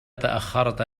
تأخرت